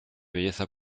belleza